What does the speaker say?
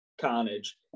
carnage